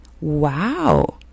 wow